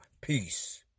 Peace